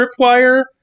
tripwire